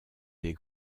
des